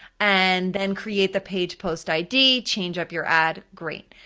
and then create the page post id, change up your ad, great.